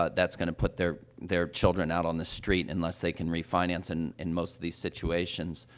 ah that's going to put their their children out on the street unless they can refinance in in most of these situations.